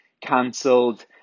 cancelled